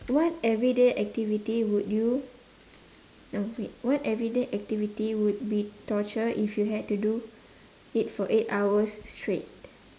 what everyday activity would you no wait what everyday activity would be torture if you had to do it for eight hours straight